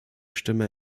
stimme